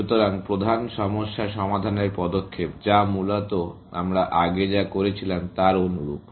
সুতরাং প্রধান সমস্যা সমাধানের পদক্ষেপ যা মূলত আমরা আগে যা করছিলাম তার অনুরূপ